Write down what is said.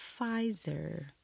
Pfizer